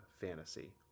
fantasy